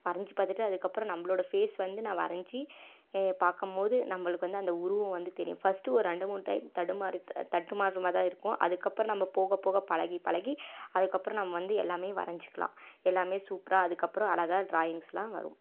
வரைஞ்சு பார்த்துட்டு அதுக்கப்புறோ நம்மளோட ஃபேஸ் வந்து நான் வரைஞ்ஜி பார்க்கும் போது நம்மளுக்கு வந்து அந்த உருவம் வந்து தெரியும் ஃபஸ்டு ஒரு ரெண்டு மூணு டைம் தடுமாறி தடுமாற்றமாக தான் இருக்கும் அதுக்கப்புறம் நம்ம போகபோக பழகி பழகி அதுக்கப்புறம் நம்ம வந்து எல்லாமே வரைஞ்சுக்கலாம் எல்லாமே சூப்பராக அதுக்கப்புறம் அழகாக ட்ராயிங்ஸ்லாம் வரும்